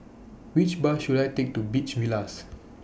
Which Bus should I Take to Beach Villas